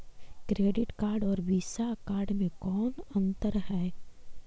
Credit card और Visa card मे कौन अन्तर है?